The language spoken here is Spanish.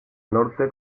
norte